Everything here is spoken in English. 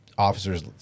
Officers